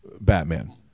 Batman